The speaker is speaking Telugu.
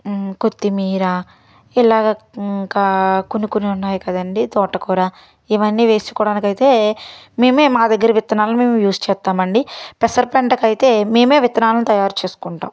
కొత్తిమీర ఇలా ఇంకా కొన్ని కొన్ని ఉన్నాయి కదండీ తోటకూర ఇవన్నీ వేసుకోవడానికి అయితే మేమే మా దగ్గర విత్తనాలు మేము యూస్ చేస్తామండి పెసర పంటకు అయితే మేమే విత్తనాలు తయారు చేసుకుంటాం